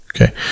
Okay